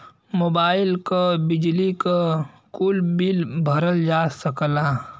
mobile क, बिजली क, कुल बिल भरल जा सकला